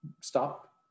stop